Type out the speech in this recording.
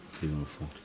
Beautiful